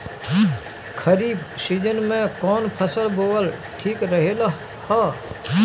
खरीफ़ season में कौन फसल बोअल ठिक रहेला ह?